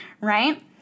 right